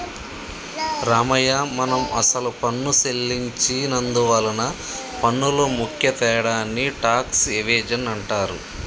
రామయ్య మనం అసలు పన్ను సెల్లించి నందువలన పన్నులో ముఖ్య తేడాని టాక్స్ ఎవేజన్ అంటారు